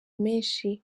menshi